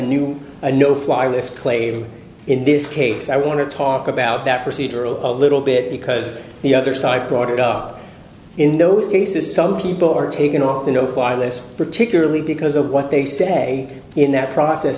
new no fly list claim in this case i want to talk about that procedural a little bit because the other side brought it up in those cases some people are taken off the no fly list particularly because of what they say in that process